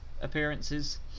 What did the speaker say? appearances